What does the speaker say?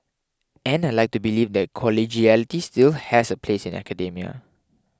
and I'd like to believe that collegiality still has a place in academia